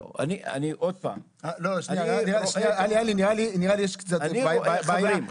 עלי, נראה לי יש קצת בעיה בתקשור.